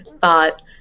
thought